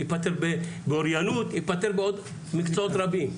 זה ייפתר באוריינות וייפתר בעוד מקצועות רבים,